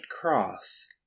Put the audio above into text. Cross